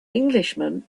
englishman